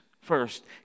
First